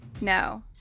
No